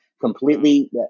completely